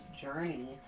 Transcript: journey